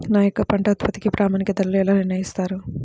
మా యొక్క పంట ఉత్పత్తికి ప్రామాణిక ధరలను ఎలా నిర్ణయిస్తారు?